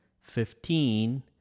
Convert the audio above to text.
fifteen